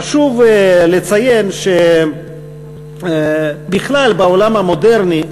חשוב לציין שבכלל בעולם המודרני,